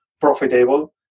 profitable